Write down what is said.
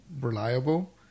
reliable